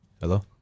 Hello